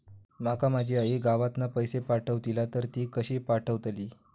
माका माझी आई गावातना पैसे पाठवतीला तर ती कशी पाठवतली?